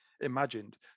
imagined